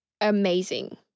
amazing